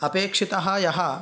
अपेक्षितः यः